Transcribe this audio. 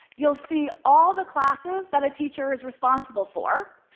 you'll see all the classes that a teacher is responsible for,